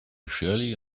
shirley